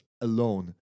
alone